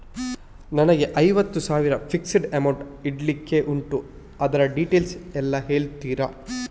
ನನಗೆ ಐವತ್ತು ಸಾವಿರ ಫಿಕ್ಸೆಡ್ ಅಮೌಂಟ್ ಇಡ್ಲಿಕ್ಕೆ ಉಂಟು ಅದ್ರ ಡೀಟೇಲ್ಸ್ ಎಲ್ಲಾ ಹೇಳ್ತೀರಾ?